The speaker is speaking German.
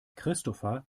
christopher